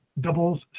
doubles